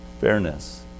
fairness